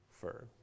fur